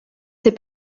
ses